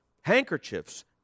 handkerchiefs